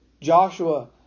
Joshua